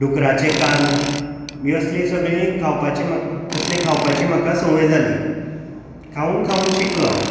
डुकराचे कान ही असली सगळीं खांवपाचीं म्हाका तसलीं खावपाची म्हाका संवय जाली खावून खावून शिकलो हांव